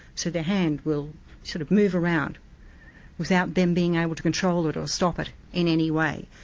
so their hand will sort of move around without them being able to control it or stop it in any way.